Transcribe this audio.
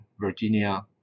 Virginia